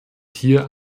hier